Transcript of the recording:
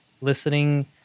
listening